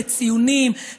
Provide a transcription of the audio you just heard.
לציונים,